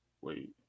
Wait